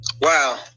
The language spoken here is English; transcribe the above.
Wow